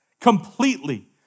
completely